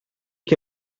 che